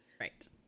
Right